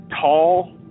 tall